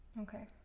Okay